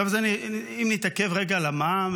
אם נתעכב רגע על המע"מ,